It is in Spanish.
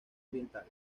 oriental